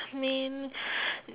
mean